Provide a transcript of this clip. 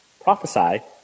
prophesy